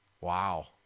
wow